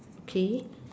okay